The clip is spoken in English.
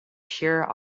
pure